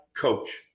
coach